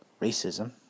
racism